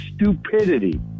stupidity